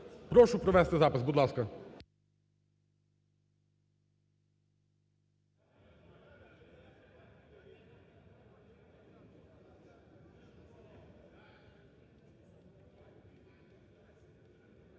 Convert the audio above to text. Прошу провести запис. Будь ласка.